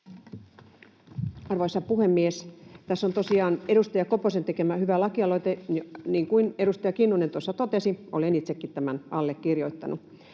Arvoisa puhemies! Tässä on tosiaan edustaja Koposen tekemä hyvä lakialoite, niin kuin edustaja Kinnunen tuossa totesi. Olen itsekin tämän allekirjoittanut.